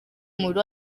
umubiri